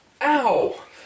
Ow